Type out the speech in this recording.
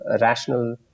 rational